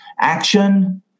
action